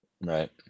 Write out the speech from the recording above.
Right